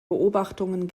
beobachtungen